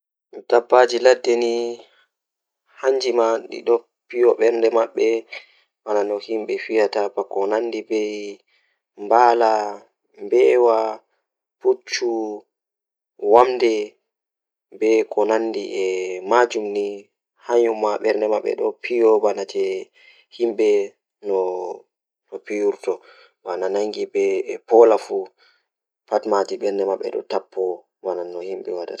E honto, hay so ɓe njangol ko tawii kadi ɓe njangol jeytinoore e ɓe waawti e honto jeytinoore ɗum tawii no ɓe njifti ngal. Woni fiyo suusde ɓe njangol e ngal ko wi'i 'emotions'. Nguuriwoji jeytinoore ɓe njangol ko honde, haala no ɓe waawti njiɗo fiye ko ndiyam ngal.